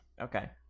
Okay